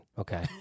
okay